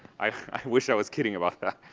i wish i was kidding about that,